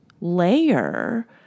layer